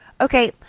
Okay